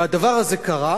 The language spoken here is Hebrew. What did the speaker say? הדבר הזה קרה